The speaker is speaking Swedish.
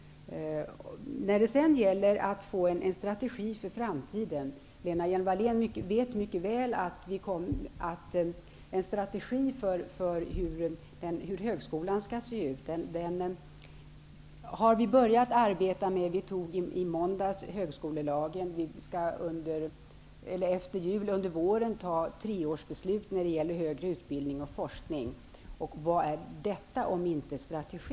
När det gäller att få en strategi för framtiden, vet Lena Hjelm-Walle n mycket väl att vi har börjat arbeta med hur en strategi för högskolan skall se ut. I måndags fattade vi beslut om högskolelagen. Under våren, skall vi fatta ett treårsbeslut när det gäller högre utbildning och forskning. Vad är detta, om inte strategi?